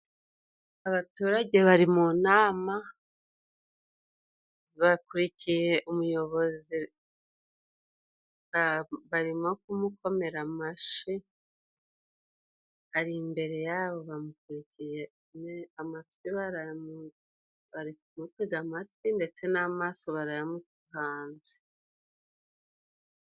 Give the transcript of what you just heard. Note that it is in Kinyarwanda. Abaturage bari mu nama bakurikiye umuyobozi barimo kumukomera amashi, ari imbere yabo bamukurikiye amatwi, bari ku mutega amatwi, ndetse n'amaso barayamuhanze.